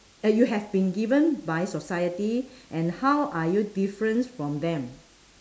that you have been given by society and how are you different from them